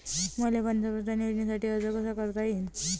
मले पंतप्रधान योजनेसाठी अर्ज कसा कसा करता येईन?